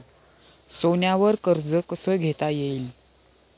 सोन्यावर कर्ज कसे घेता येईल?